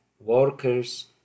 Workers